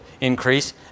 increase